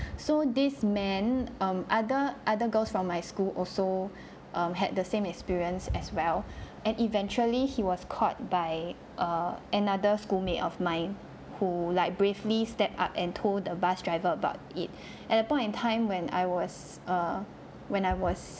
so this man um other other girls from my school also have had the same experience as well and eventually he was caught by err another schoolmate of mine who like bravely stepped up and told the bus driver about it at that point in time when I was err when I was